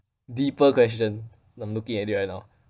deeper question I'm looking at it right now